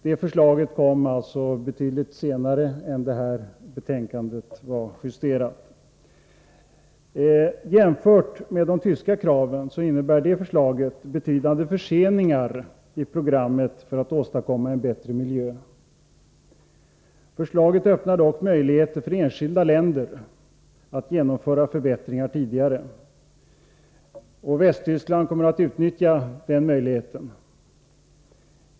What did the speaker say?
Det förslaget kom alltså betydligt senare än justeringen av utskottsbetänkandet. Jämfört med de tyska kraven innebär detta förslag betydande förseningar i programmet för att åstadkomma en bättre miljö. Förslaget öppnar dock möjligheter för enskilda länder att genomföra förbättringar tidigare. Västtyskland kommer att utnyttja den möjligheten.